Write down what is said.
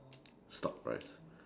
stock price